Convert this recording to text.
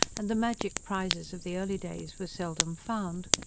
and the magic prizes of the early days were seldom found,